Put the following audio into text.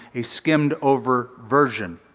a skimmed over version.